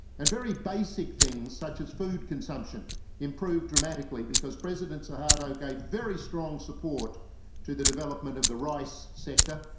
and very basic things such as food consumption improved dramatically because president suharto gave very strong support to the development of the rice sector.